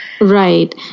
Right